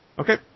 Okay